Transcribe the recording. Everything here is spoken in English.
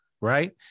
Right